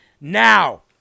now